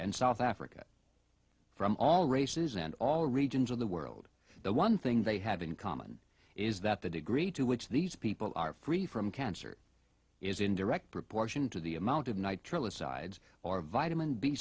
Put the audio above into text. and south africa from all races and all regions of the world the one thing they have in common is that the degree to which these people are free from cancer is in direct proportion to the amount of nitrile asides or vitamin b